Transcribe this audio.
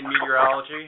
meteorology